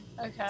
Okay